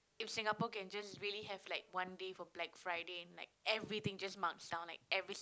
if Singapore can just really have like one day for Black-Friday and like everything just marks down like every si~